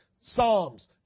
Psalms